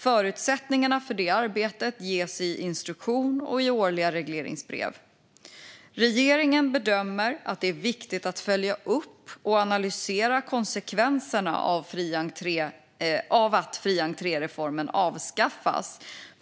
Förutsättningarna för det arbetet ges i instruktion och årliga regleringsbrev. Regeringen bedömer att det är viktigt att följa upp och analysera konsekvenserna av att fri entré-reformen avskaffas.